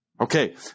Okay